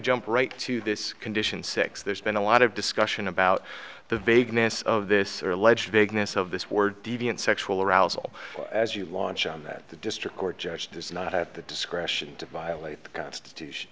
jump right to this condition six there's been a lot of discussion about the vagueness of this alleged vagueness of this word deviant sexual arousal as you launch on that the district court judge does not have the discretion to violate the constitution